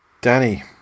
Danny